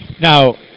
Now